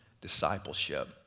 discipleship